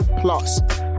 plus